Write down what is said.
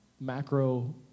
macro